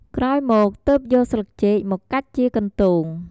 ក្រោយមកទើបយកស្លឹកចេកមកកាច់ជាកន្ទោង។